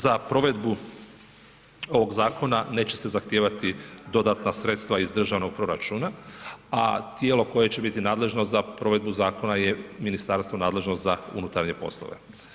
Za provedbu ovog zakona neće se zahtijevati dodatna sredstva iz državnog proračuna a tijelo koje će biti nadležno za provedbu zakona je Ministarstvo nadležno za unutarnje poslove.